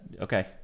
okay